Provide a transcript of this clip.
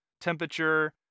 temperature